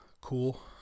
Cool